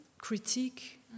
critique